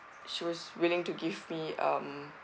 she was willing to give me um